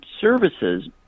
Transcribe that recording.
services